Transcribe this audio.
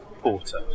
porter